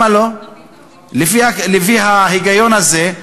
לפי ההיגיון הזה,